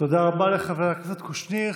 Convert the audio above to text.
תודה רבה לחבר הכנסת קושניר.